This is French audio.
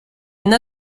une